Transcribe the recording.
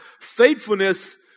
faithfulness